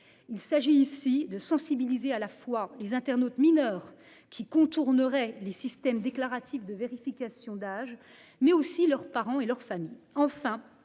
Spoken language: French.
Il s'agit ici de sensibiliser à la fois les internautes, mineurs qui contournerait les systèmes déclaratifs de vérification d'âge mais aussi leurs parents et leurs familles.